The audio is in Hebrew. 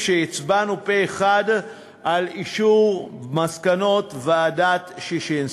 כשהצבענו פה-אחד על אישור מסקנות ועדת ששינסקי.